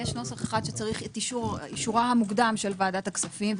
יש נוסח אחד שצריך אישורה המוקדם של ועדת הכספים.